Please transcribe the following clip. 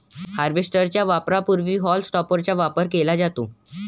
harvester च्या वापरापूर्वी haulm टॉपरचा वापर केला जातो